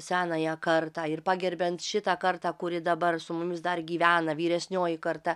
senąją kartą ir pagerbiant šitą kartą kuri dabar su mumis dar gyvena vyresnioji karta